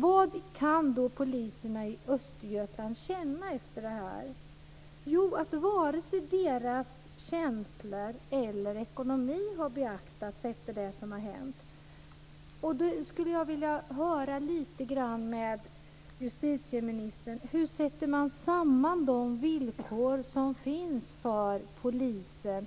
Vad kan poliserna i Östergötland känna efter detta? Jo, att varken deras känslor eller ekonomi har beaktats efter det som har hänt. Jag skulle vilja höra lite grann med justitieministern: Hur sätter man samman de villkor som finns för polisen,